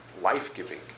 life-giving